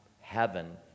heaven